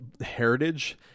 heritage